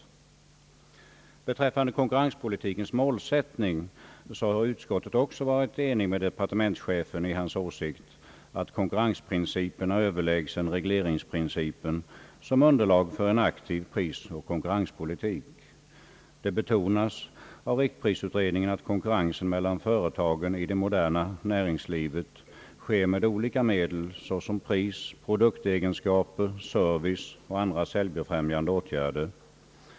Vad beträffar konkurrenspolitikens målsättning har utskottet också varit enigt med departementschefen om att konkurrensprincipen är överlägsen regleringsprincipen som underlag för en aktiv prisoch konkurrenspolitik. Det betonas av riktprisutredningen att konkurrensen mellan företagen i det moderna näringslivet sker med olika medel såsom pris, produktegenskaper, service och andra säljbefrämjande åtgärder.